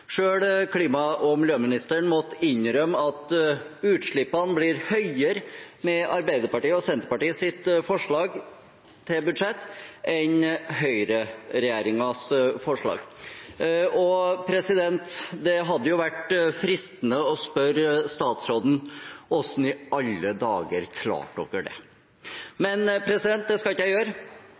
klima- og miljøministeren måtte innrømme at utslippene blir høyere med Arbeiderpartiet og Senterpartiets forslag til budsjett enn høyreregjeringens forslag. Det hadde vært fristende å spørre statsråden hvordan i alle dager klarte dere det, men det skal jeg ikke gjøre. Jeg